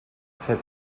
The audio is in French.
fait